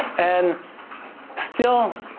and still,